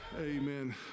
Amen